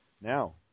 Now